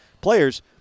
players